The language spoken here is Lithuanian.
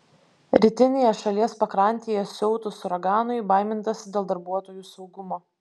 rytinėje šalies pakrantėje siautus uraganui baimintasi dėl darbuotojų saugumo